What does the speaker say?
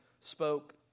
spoke